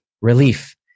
relief